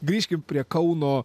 grįžkim prie kauno